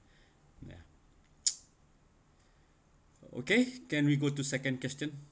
ya okay can we go to second question